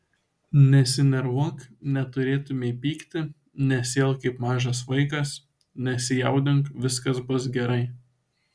nesinervuok neturėtumei pykti nesielk kaip mažas vaikas nesijaudink viskas bus gerai